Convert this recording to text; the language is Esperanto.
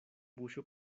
buŝo